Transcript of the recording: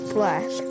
Black